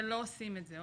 לא עושים את זה.